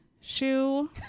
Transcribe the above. shoe